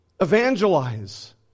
evangelize